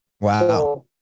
Wow